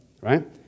Right